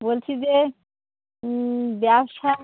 বলছি যে ব্যবসা